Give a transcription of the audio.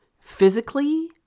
physically